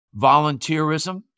volunteerism